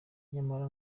nyamara